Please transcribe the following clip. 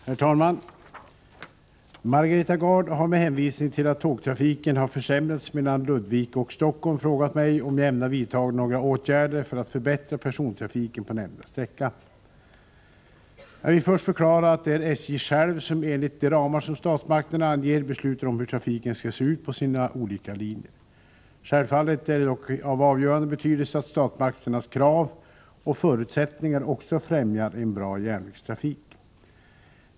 Herr talman! Margareta Gard har med hänvisning till att tågtrafiken har försämrats mellan Ludvika och Stockholm frågat mig om jag ämnar vidta några åtgärder för att förbättra persontrafiken på nämnda sträcka. Jag vill först förklara att det är SJ som på egen hand enligt de ramar som statsmakterna anger beslutar om hur trafiken skall se ut på sina olika linjer. Självfallet är det dock av avgörande betydelse att statsmakternas krav och förutsättningar också främjar en bra järnvägstrafik.